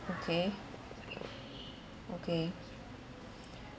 okay okay